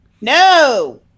No